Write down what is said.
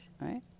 right